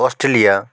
Australia